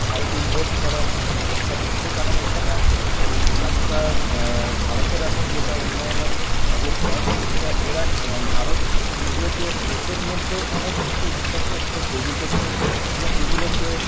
ভারতে ইনভেস্ট করার চেষ্টা করছে কারণ এখানে এখানকার ভারতের এখন যেটা উন্নয়নের অবস্থা সেটা এরা ভারত এখন নিজেদের দেশের মধ্যে অনেক কিছু ইনফ্রাস্ট্রাকচার তৈরি করছে এবং এইগুলোকে